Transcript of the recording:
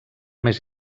més